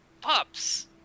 pups